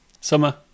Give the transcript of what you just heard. summer